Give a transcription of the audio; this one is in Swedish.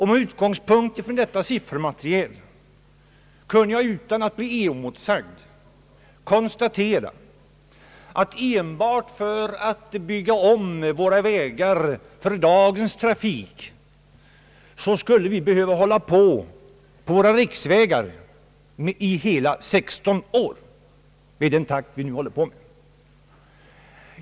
Med utgångspunkt från detta siffermaterial kunde jag, utan att bli motsagd, konstatera att vi enbart för att bygga om våra vägar för dagens trafik skulle behöva arbeta med riksvägarna i hela 16 år med den takt vi nu har.